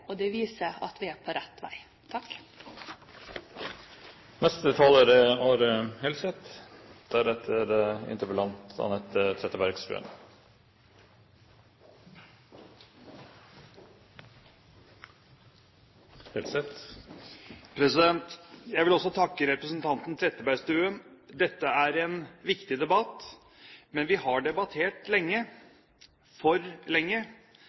og det viser at vi er på rett vei. Jeg vil også takke representanten Trettebergstuen. Dette er en viktig debatt. Men vi har debattert lenge – for lenge.